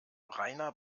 rainer